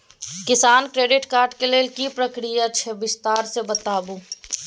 किसान credit card के लेल की प्रक्रिया अछि विस्तार से बताबू?